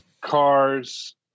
Cars